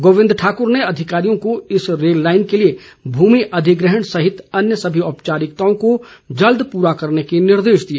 गोविंद ठाकुर ने अधिकारियों को इस रेल लाइन के लिए भूमि अधिग्रहण सहित अन्य सभी औपचारिकताओं को जल्द प्रा करने के निर्देश दिए